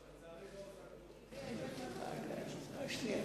לצערי, היא לא עושה כלום.